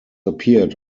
appeared